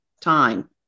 time